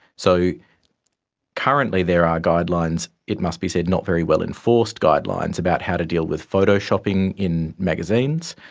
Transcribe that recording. so currently there are guidelines, it must be said not very well enforced guidelines, about how to deal with photoshopping in magazines.